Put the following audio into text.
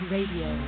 Radio